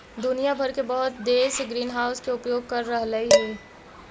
दुनिया भर के बहुत देश ग्रीनहाउस के उपयोग कर रहलई हे